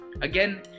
again